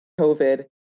COVID